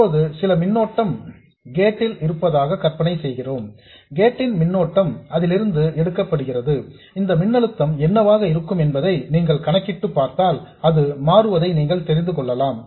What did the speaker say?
இப்போது சில மின்னோட்டம் I கேட் ல் இருப்பதாக கற்பனை செய்கிறோம் கேட் ன் மின்னோட்டம் அதிலிருந்து எடுக்கப்படுகிறது இந்த மின்னழுத்தம் என்னவாக இருக்கும் என்பதை நீங்கள் கணக்கிட்டு பார்த்தால் அது மாறுவதை நீங்கள் தெரிந்து கொள்ளலாம்